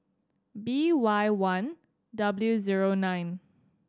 B Y one W zero nine